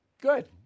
Good